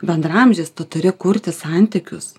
bendraamžiais tu turi kurti santykius